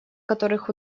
которых